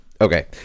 Okay